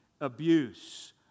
abuse